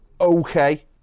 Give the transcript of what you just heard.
okay